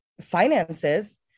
finances